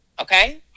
Okay